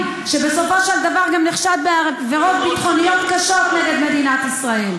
שבסופו של דבר גם נחשד בעבירות ביטחוניות קשות נגד מדינת ישראל.